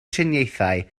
triniaethau